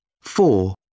Four